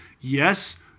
Yes